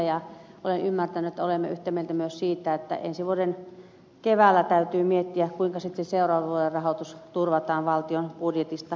olen ymmärtänyt että olemme yhtä mieltä myös siitä että ensi vuoden keväällä täytyy miettiä kuinka sitten seuraavan vuoden rahoitus turvataan valtion budjetista